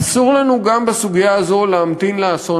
אסור לנו גם בסוגיה הזאת להמתין לאסון